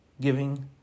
giving